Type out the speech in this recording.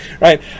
right